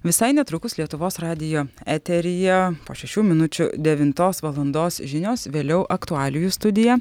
visai netrukus lietuvos radijo eteryje po šešių minučių devintos valandos žinios vėliau aktualijų studija